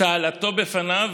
"צהלתו בפניו